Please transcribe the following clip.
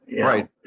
right